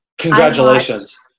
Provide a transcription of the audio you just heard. congratulations